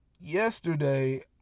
Yesterday